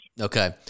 Okay